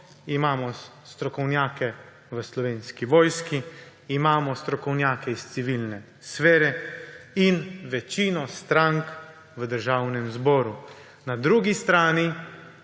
imamo strokovnjake v Slovenski vojski, imamo strokovnjake iz civilne sfere in večino strank v Državnem zboru. Na drugi strani